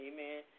Amen